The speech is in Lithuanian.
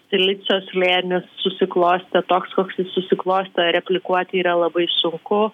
silicio slėnis susiklostė toks koks jis susiklostė replikuoti yra labai sunku